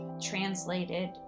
translated